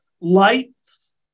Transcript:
lights